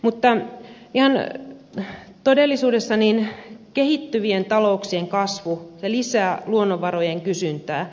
mutta ihan todellisuudessa kehittyvien talouksien kasvu lisää luonnonvarojen kysyntää